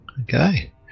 Okay